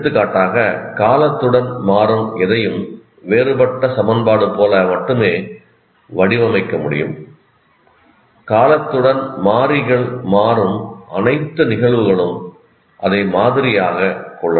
எடுத்துக்காட்டாக காலத்துடன் மாறும் எதையும் வேறுபட்ட சமன்பாடு போல மட்டுமே வடிவமைக்க முடியும் காலத்துடன் மாறிகள் மாறும் அனைத்து நிகழ்வுகளும் அதை மாதிரியாகக் கொள்ளலாம்